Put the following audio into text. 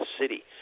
city